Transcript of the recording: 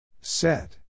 set